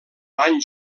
van